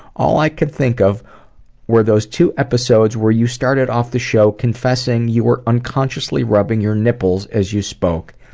all i can think of were those two episodes where you started off the show confessing that you were subconsciously rubbing your nipples as you spoke.